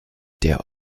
der